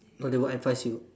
no they won't advise you